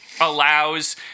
allows